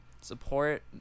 support